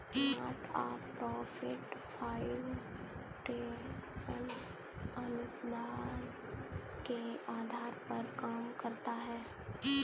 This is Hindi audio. नॉट फॉर प्रॉफिट फाउंडेशन अनुदान के आधार पर काम करता है